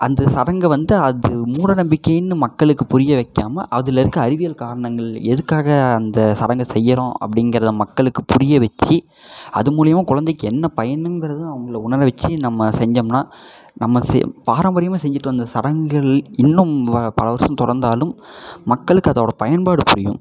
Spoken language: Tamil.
அந்த சடங்கை வந்து அது மூடநம்பிக்கைன்னு மக்களுக்கு புரிய வைக்காமல் அதில் இருக்கிற அறிவியல் காரணங்கள் எதுக்காக அந்த சடங்கை செய்யறோம் அப்படிங்கிறத மக்களுக்கு புரிய வெச்சு அது மூலயமா குழந்தைக்கு என்ன பயனுங்கிறதை அவங்கள உணர வெச்சு நம்ம செஞ்சோம்னால் நம்ம செ பாரம்பரியமாக செஞ்சுட்டு வந்த சடங்குகள் இன்னும் வா பல வருஷம் தொடர்ந்தாலும் மக்களுக்கு அதோடய பயன்பாடு புரியும்